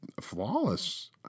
flawless